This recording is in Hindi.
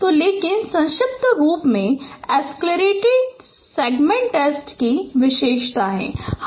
तो लेकिन संक्षिप्त रूप एक्सेलरेटेड सेगमेंट टेस्ट की विशेषताएं हैं